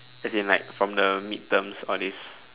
as in like from the midterms all this